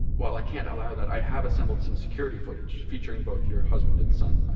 while i can't allow that, i have assembled some security footage featuring both your husband and son.